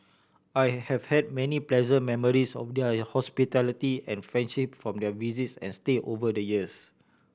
I have had many pleasant memories of their hospitality and friendship from their visits and stay over the years